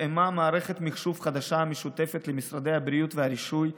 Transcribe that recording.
הותאמה מערכת מחשוב חדשה משותפת למשרדי הבריאות והרישוי,